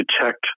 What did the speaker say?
detect